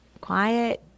quiet